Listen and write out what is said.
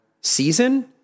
season